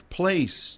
place